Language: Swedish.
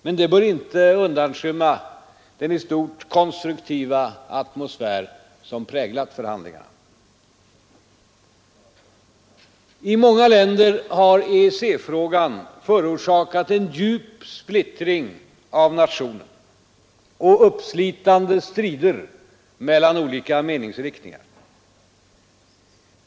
Men det bör inte undanskymma den i stort konstruktiva atmosfär som präglat förhandlingarna. I många länder har EEC-frågan förorsakat en djup splittring av nationen och uppslitande strider mellan olika meningsriktningar.